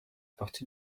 partie